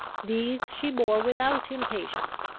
these she bore without impatience.